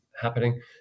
happening